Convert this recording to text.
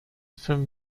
from